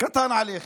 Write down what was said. קטן עליכם.